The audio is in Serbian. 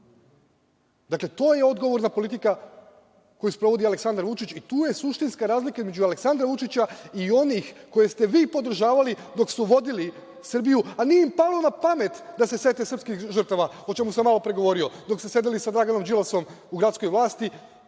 to je odgovorna politika koju sprovodi Aleksandar Vučić i tu je suštinska razlika između Aleksandra Vučića i onih koje ste vi podržavali dok su vodili Srbiju, a nije im palo na pamet da se sete srpskih žrtava, o čemu sam malopre govorio, dok ste sedeli sa Draganom Đilasom u gradskoj vlasti